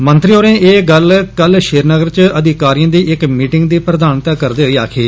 मंत्री होरें एह् गल्ल कल श्रीनगर च अधिकारिए दी इक मीटिंग दी प्रधानता करदे होई आक्खी